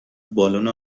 بالن